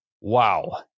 Wow